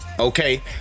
Okay